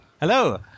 Hello